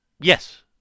Yes